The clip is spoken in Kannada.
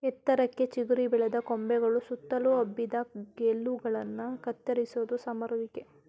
ಎತ್ತರಕ್ಕೆ ಚಿಗುರಿ ಬೆಳೆದ ಕೊಂಬೆಗಳು ಸುತ್ತಲು ಹಬ್ಬಿದ ಗೆಲ್ಲುಗಳನ್ನ ಕತ್ತರಿಸೋದೆ ಸಮರುವಿಕೆ